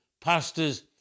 pastors